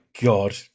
god